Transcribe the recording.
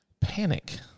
Panic